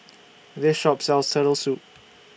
This Shop sells Turtle Soup